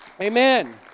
Amen